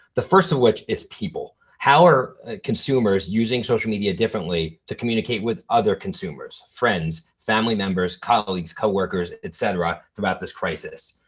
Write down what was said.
the first of which is people, how are consumers using social media differently to communicate with other consumers, friends, family members, colleagues, coworkers, et cetera, throughout this crisis?